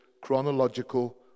chronological